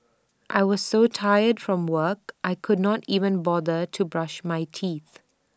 I was so tired from work I could not even bother to brush my teeth